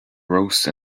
rose